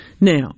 Now